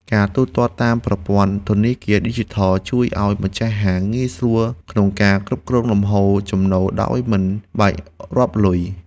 ការទូទាត់តាមប្រព័ន្ធធនាគារឌីជីថលជួយឱ្យម្ចាស់ហាងងាយស្រួលក្នុងការគ្រប់គ្រងលំហូរចំណូលដោយមិនបាច់រាប់លុយ។